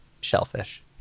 shellfish